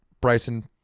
Bryson